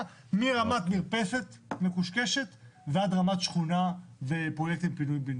מרמת מרפסת ועד רמת שכונה ופרויקטים פינוי-בינוי.